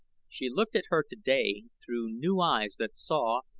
she looked at her today through new eyes that saw,